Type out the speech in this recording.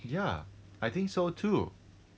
ya I think so too